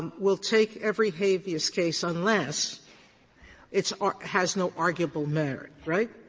um we'll take every habeas case unless it's ah has no arguable merit, right?